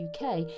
UK